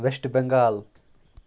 west Bengal